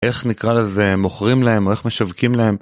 איך נקרא לזה, מוכרים להם או איך משווקים להם?